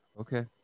Okay